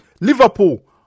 Liverpool